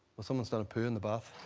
well someone's done a poo in the bath